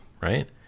right